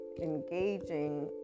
engaging